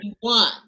one